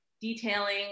detailing